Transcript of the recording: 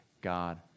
God